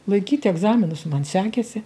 laikyti egzaminus man sekėsi